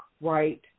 right